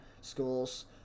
schools